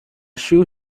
shoe